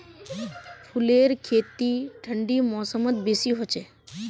फूलेर खेती ठंडी मौसमत बेसी हछेक